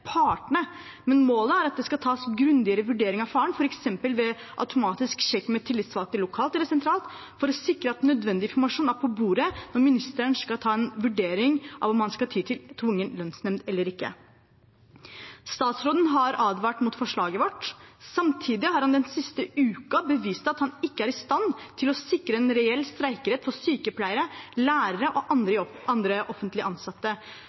partene. Men målet er at det skal tas grundigere vurderinger av faren, f.eks. ved automatisk sjekk med tillitsvalgte lokalt eller sentralt, for å sikre at nødvendig informasjon er på bordet når ministeren skal ta en vurdering av om man skal ty til tvungen lønnsnemnd eller ikke. Statsråden har advart mot forslaget vårt. Samtidig har han den siste uka bevist at han ikke er i stand til å sikre en reell streikerett for sykepleiere, lærere og andre offentlig ansatte.